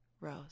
Rose